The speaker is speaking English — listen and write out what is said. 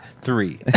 Three